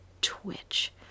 twitch